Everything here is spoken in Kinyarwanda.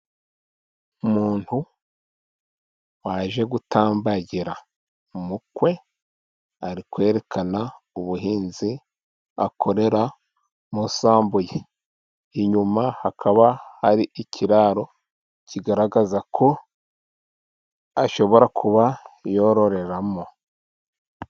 Umuntu waje gutambagira mukwe ari kwerekana ubuhinzi akorera mu isambu ye, inyuma hakaba hari ikiraro kigaragaza ko ashobora kuba yororeramo.